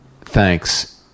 thanks